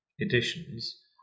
editions